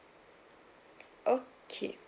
okay